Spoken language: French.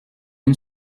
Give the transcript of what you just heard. une